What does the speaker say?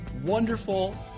Wonderful